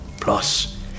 Plus